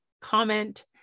comment